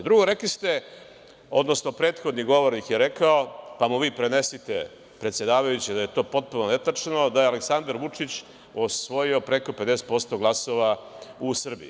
Drugo, prethodni govornik je rekao, pa mu vi prenesite, predsedavajući, da je to potpuno netačno, da je Aleksandar Vučić osvojio preko 50 glasova u Srbiji.